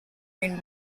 green